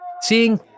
Seeing